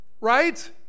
right